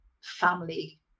family